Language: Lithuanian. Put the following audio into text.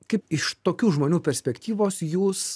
kaip iš tokių žmonių perspektyvos jūs